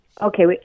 Okay